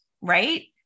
right